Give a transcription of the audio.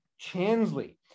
Chansley